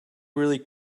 really